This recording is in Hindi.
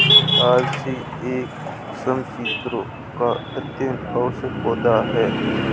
अलसी एक समशीतोष्ण का अति आवश्यक पौधा है